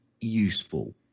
useful